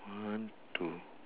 one two